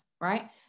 right